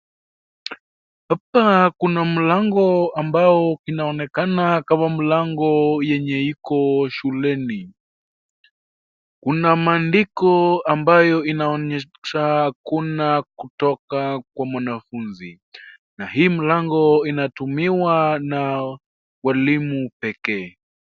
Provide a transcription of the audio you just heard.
Hapa kuna mlango ambao inaonekana kama mlango yenye iko shuleni. Kuna maandiko ambayo inaonyesha hakuna kutoka kwa mwanafunzi. Na hii mlango inatumiwa na walimu pekee.